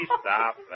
stop